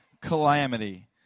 calamity